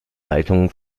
leitungen